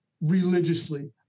religiously